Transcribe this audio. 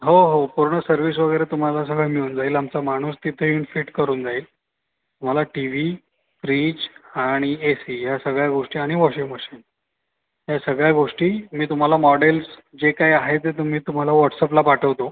हो हो पूर्ण सर्विस वगैरे तुम्हाला सगळं मिळून जाईल आमचा माणूस तिथे येऊन फिट करून जाईल तुम्हाला टी वी फ्रीज आणि ए सी या सगळ्या गोष्टी आणि वॉशिंग मशीन या सगळ्या गोष्टी मी तुम्हाला मॉडेल्स जे काही आहे ते तुम्ही तुम्हाला व्हाट्सअपला पाठवतो